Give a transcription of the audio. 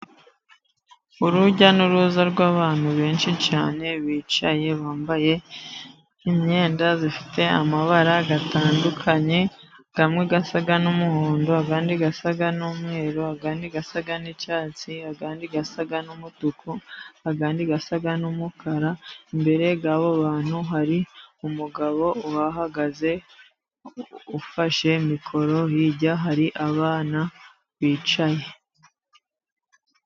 Urujya n'uruza rw'abantu benshi cyane bicaye, bambaye imyenda ifite amabara atandukanye, amwe asa n'umuhondo, andi asa n'umweru, andi asa n'icyatsi, andi asa n'umutuku, andi asa n'umukara. Imbere y'abo bantu hari umugabo uhahagaze ufashe mikoro, hirya hari abana bicaye.